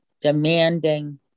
demanding